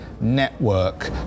network